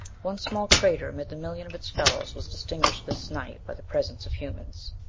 one small crater amid the million of its fellows was distinguished this night by the presence of humans.